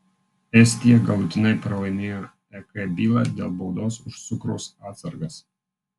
estija galutinai pralaimėjo ek bylą dėl baudos už cukraus atsargas